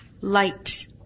light